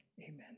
Amen